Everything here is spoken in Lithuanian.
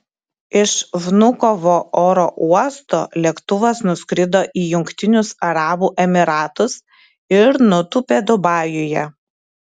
iš vnukovo oro uosto lėktuvas nuskrido į jungtinius arabų emyratus ir nutūpė dubajuje